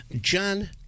John